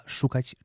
szukać